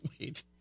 Wait